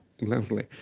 Lovely